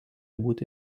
būti